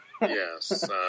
Yes